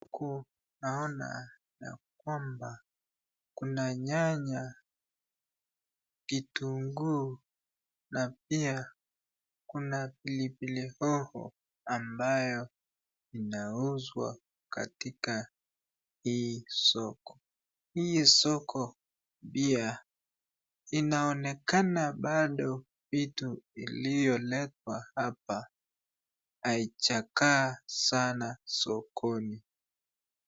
Huku naona ya kwamba kuna nyanya, kitunguu na pia naona pilipili hoho amabyo inauzwa katika hii soko. Hii soko pia inaonekana bado vitu iliyoletwa hapa haijakaa sana sokoni.